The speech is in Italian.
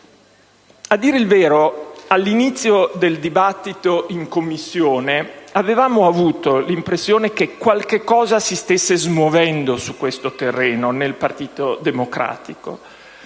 A dire il vero, all'inizio del dibattito in Commissione avevamo avuto l'impressione che qualche cosa si stesse smuovendo, su questo terreno, nel Partito Democratico.